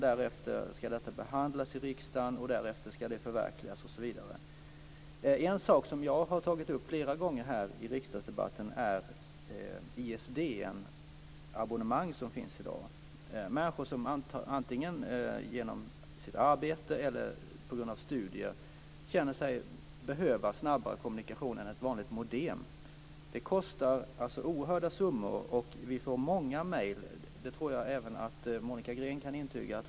Därefter ska det här behandlas i riksdagen, och sedan ska det förverkligas osv. En sak som jag har tagit upp flera gånger i riksdagsdebatten är de ISDN-abonnemang som finns i dag. Det är människor som antingen genom sitt arbete eller på grund av studier känner sig behöva snabbare kommunikationer än via ett vanligt modem. Det kostar alltså oerhörda summor. Vi får många mail, det tror jag även att Monica Green kan intyga.